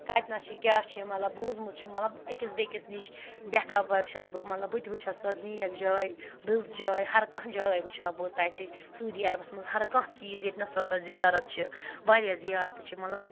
کَتہِ نَس چھِ کیٛاہ چھِ مطلب بوٗزمُت چھِ مطلب أکِس بیٚیِکِس نِش بےخبر چھس بہٕ مطلب بہٕ تہِ وٕچھ ہا سۄ نیک جاے رٕژ جاے ہَرکانٛہہ جاے وٕچھِ ہا بہٕ تَتہِ سعوٗدی عربَس منٛز ہَرکانٛہہ چیٖز ییٚتہِ نَسَن سۄ زِیارت چھِ واریاہ زِیارتہٕ چھِ مطلب